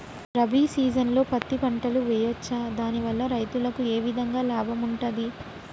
రబీ సీజన్లో పత్తి పంటలు వేయచ్చా దాని వల్ల రైతులకు ఏ విధంగా లాభం ఉంటది?